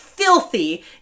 filthy